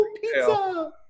Pizza